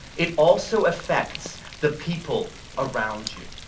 it also affects the people around you.